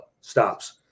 stops